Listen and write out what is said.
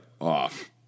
Off